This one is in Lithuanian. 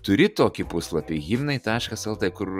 turi tokį puslapį himnai taškas lt kur